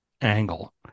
angle